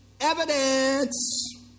evidence